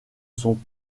sont